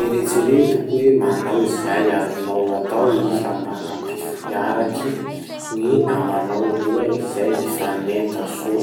Eritsereto hoe manao izay azonao atao iha mba hampif- iaraky gny namanao roa izay mifanenta soa.